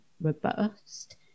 robust